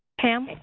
pam? and